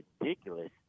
ridiculous